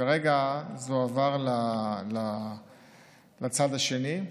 כרגע זה הועבר לצד השני,